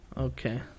Okay